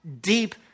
deep